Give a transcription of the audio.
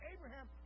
Abraham